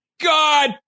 God